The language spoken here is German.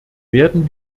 werden